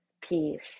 peace